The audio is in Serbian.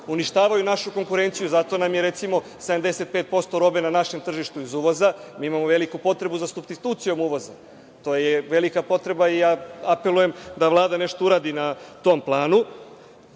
uništavaju našu konkurenciju. Zato nam je recimo 75% robe na našem tržištu iz uvoza. Mi imamo veliku potrebu za supstitucijom uvoza. To je velika potreba i ja apelujem da Vlada nešto uradi na tom planu.